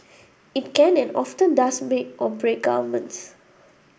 it can and often to does make or break governments